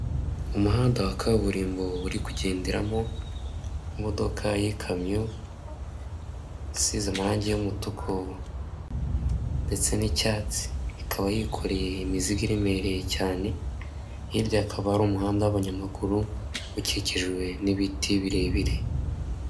Umuhanda wa kaburimbo uri kugenderamo imodoka y'ikamyo isize amarangi y'umutuku ndetse n'icyatsi, ikaba yikoreye imizigo iremereye cyane, hirya hakaba hari umuhanda w'abanyamaguru ukikijwe n'ibiti birebire.